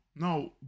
No